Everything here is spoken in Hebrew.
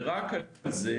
ורק על זה,